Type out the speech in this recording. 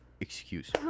excuse